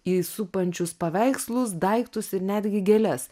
į supančius paveikslus daiktus ir netgi gėles